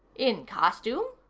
in costume?